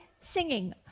singing